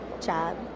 job